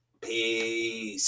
Peace